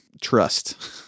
trust